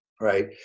right